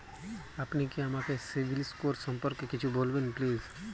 আপনি কি আমাকে সিবিল স্কোর সম্পর্কে কিছু বলবেন প্লিজ?